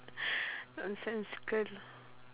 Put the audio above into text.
nonsensical lah